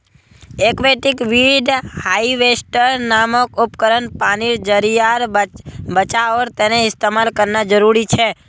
aquatic weed harvester नामक उपकरण पानीर ज़रियार बचाओर तने इस्तेमाल करना ज़रूरी छे